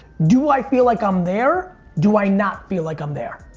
do i feel like i'm there? do i not feel like i'm there.